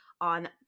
on